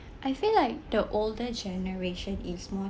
I feel like the older generation is more